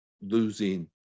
losing